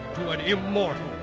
but immortal.